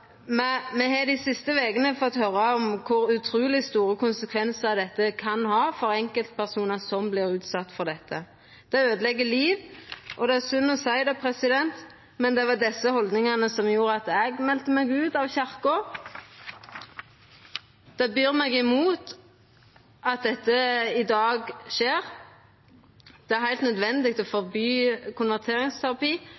me fått høyra om kor utruleg store konsekvensar dette kan ha for enkeltpersonar som vert utsette for dette. Det øydelegg liv. Og det er synd å seia det, men det var desse haldningane som gjorde at eg melde meg ut av kyrkja. Det byr meg imot at dette skjer i dag. Det er heilt nødvendig å